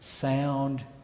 sound